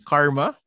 Karma